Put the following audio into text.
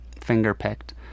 finger-picked